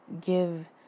give